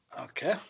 Okay